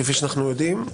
כפי שאנחנו יודעים,